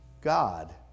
God